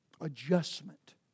adjustment